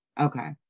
okay